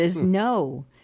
no